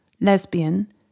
lesbian